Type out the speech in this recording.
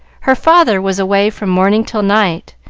her father was away from morning till night,